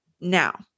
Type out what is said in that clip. Now